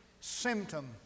symptom